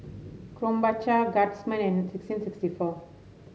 Krombacher Guardsman and sixteen sixty four